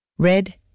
Red